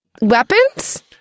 weapons